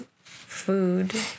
food